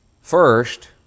First